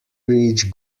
reach